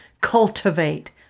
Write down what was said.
cultivate